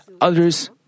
others